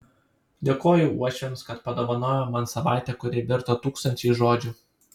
dėkoju uošviams kad padovanojo man savaitę kuri virto tūkstančiais žodžių